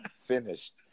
finished